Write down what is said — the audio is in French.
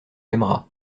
aimeras